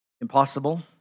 impossible